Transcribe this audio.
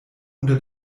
unter